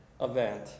event